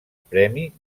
premi